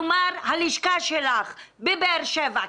כלומר הלשכה שלך בבאר שבע,